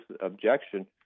objection